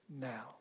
now